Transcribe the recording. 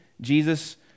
Jesus